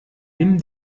nimm